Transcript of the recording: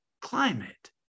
climate